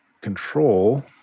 control